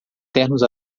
ternos